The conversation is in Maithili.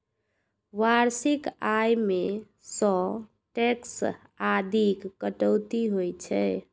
वार्षिक आय मे सं टैक्स आदिक कटौती होइ छै